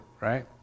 Right